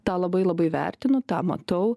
tą labai labai vertinu tą matau